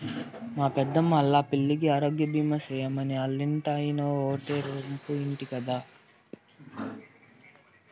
మా పెద్దమ్మా ఆల్లా పిల్లికి ఆరోగ్యబీమా సేయమని ఆల్లింటాయినో ఓటే రంపు ఇంటి గదా